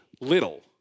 little